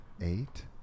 Eight